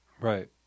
Right